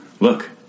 Look